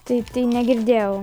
tai tai negirdėjau